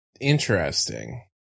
interesting